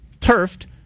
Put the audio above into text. turfed